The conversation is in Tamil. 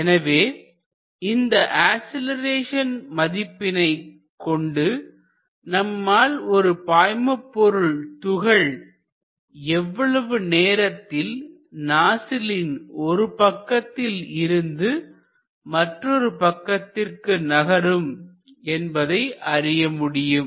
எனவே இந்த அசிலரேஷன் மதிப்பினைக் கொண்டு நம்மால் ஒரு பாய்மபொருள் துகள் எவ்வளவு நேரத்தில் நாசிலின் ஒரு பக்கத்தில் இருந்து மற்றொரு பக்கத்திற்கு நகரும் என்பதை அறிய முடியும்